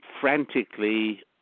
frantically